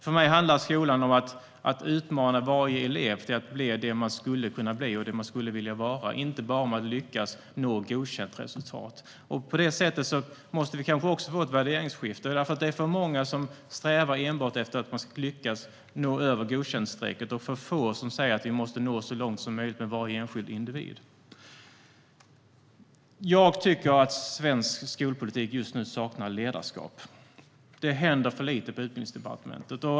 För mig handlar skolan om att utmana varje elev till att bli det man skulle kunna bli och skulle vilja vara. Det handlar inte bara om att lyckas nå godkänt resultat. I fråga om det måste vi kanske få ett värderingsskifte. Det är nämligen för många som strävar enbart efter att lyckas nå över godkäntstrecket och för få som säger att vi måste nå så långt som möjligt med varje enskild individ. Jag tycker att svensk skolpolitik saknar ledarskap just nu. Det händer för lite på Utbildningsdepartementet.